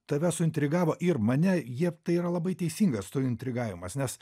tave suintrigavo ir mane jiem tai yra labai teisingas suintrigavimas nes